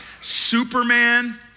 Superman